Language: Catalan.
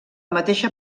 mateixa